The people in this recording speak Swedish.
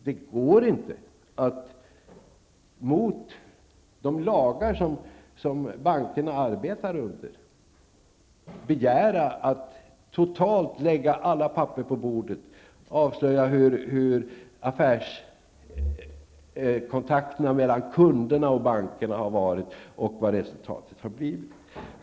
Det går inte att mot de lagar som bankerna arbetar under begära att de skall lägga alla papper på bordet och avslöja hur affärskontakter med kunderna har varit och vilka resultaten har blivit.